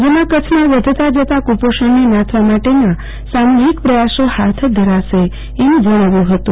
જેમાં કચ્છમાં વધતા જતા કુપોષણને નાથવા માટેના સામુહિક પ્રયાસો હાથ ધરાશે એમ જણાવ્યુ હતું